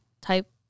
type